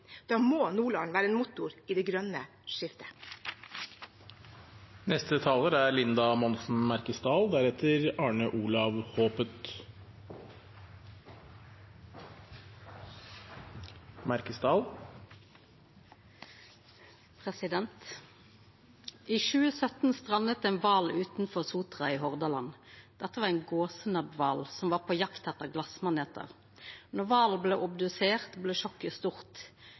Da må Nordland være en motor i det grønne skiftet. I 2017 stranda ein kval utanfor Sotra i Hordaland. Dette var ein gåsenebbkval som var på jakt etter glasmaneter. Då kvalen blei obdusert, var sjokket stort.